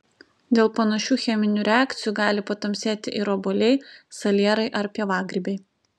dėl panašių cheminių reakcijų gali patamsėti ir obuoliai salierai ar pievagrybiai